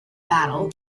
battle